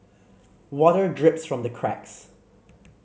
water drips from the cracks